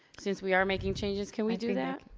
since we are making changes, can we do that?